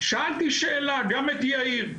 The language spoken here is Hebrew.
שאלתי שאלה, גם את יאיר.